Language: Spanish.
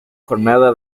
jornada